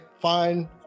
fine